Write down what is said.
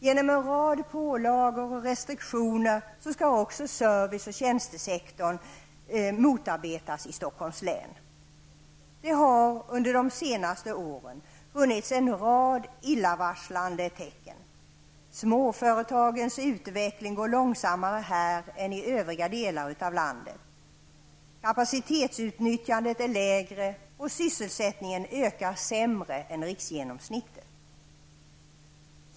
Genom en rad pålagor och restriktioner skall också service och tjänstesektorn motarbetas i Stockholms län. Det har de senaste åren funnits en rad illvarslande tecken. Småföretagens utveckling går långsammare här än i övriga delar av landet, kapacitetsutnyttjandet är lägre och sysselsättningen ökar sämre än riksgenomsnittet.